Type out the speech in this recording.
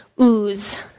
ooze